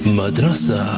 Madrasa